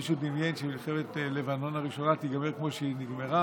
מישהו דמיין שמלחמת לבנון הראשונה תיגמר כמו שהיא נגמרה